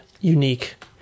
unique